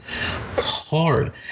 hard